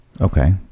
okay